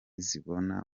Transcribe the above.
ziboneka